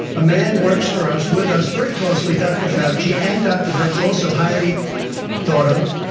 a man works for us, with us, very closely. dr. fauci, and dr. birx also, highly thought of.